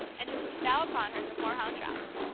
and to bestow upon her some hoarhound drops.